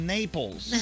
Naples